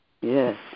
Yes